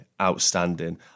outstanding